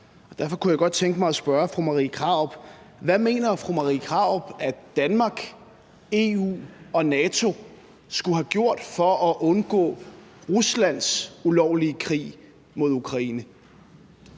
Derfor kunne jeg godt tænke mig at spørge fru Marie Krarup: Hvad mener fru Marie Krarup at Danmark, EU og NATO skulle have gjort for at undgå Ruslands ulovlige krig mod Ukraine?